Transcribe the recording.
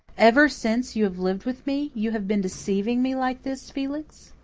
ever since you have lived with me you have been deceiving me like this, felix?